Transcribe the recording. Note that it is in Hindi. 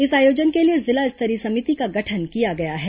इस आयोजन के लिए जिला स्तरीय समिति का गठन किया गया है